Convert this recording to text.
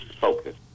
focus